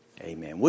Amen